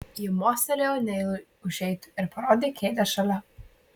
ji mostelėjo neilui užeiti ir parodė kėdę šalia